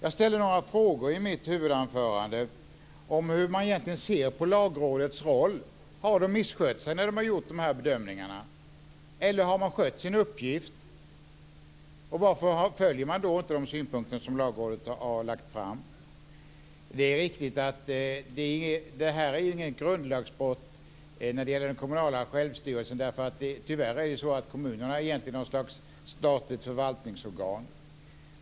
I mitt huvudanförande ställde jag några frågor om hur man egentligen ser på Lagrådets roll. Har de misskött sig när de gjort de här bedömningarna eller har de skött sin uppgift? Och varför följer man då inte de synpunkter som Lagrådet har lagt fram? Det är riktigt att det här inte är ett grundlagsbrott när det gäller den kommunala självstyrelsen. Tyvärr är det ju så att kommunen egentligen är ett slags statligt förvaltningsorgan.